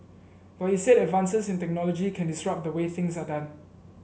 but he said advances in technology can disrupt the way things are done